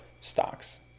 stocks